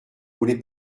voulez